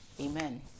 Amen